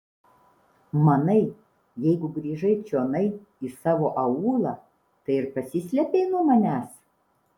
manai jeigu grįžai čionai į savo aūlą tai ir pasislėpei nuo manęs